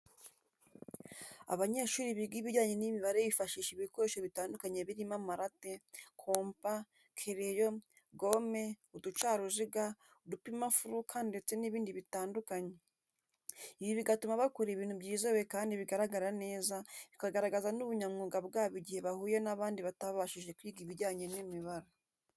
Abanyeshuri biga ibijyanye n'imibare bifashisha ibikoresho bitanduka birimo amarate, compa, kereyo, gome, uducaruziga, udupimafuruka ndetse n'ibindi bitandukanye. Ibi bigatuma bakora ibintu byizewe kandi bigaragara neza bikagaragaza n'ubunyamwuga bwabo igihe bahuye n'abandi batabashije kwiga ibijyanye n'imibare.